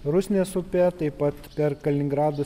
rusnės upe taip pat per kaliningrado